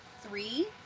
Three